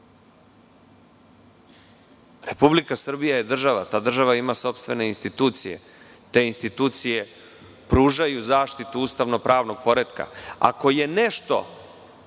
Republika Srbija je država. Ta država ima sopstvene institucije. Te institucije pružaju zaštitu ustavno-pravnog poretka. Ako je nešto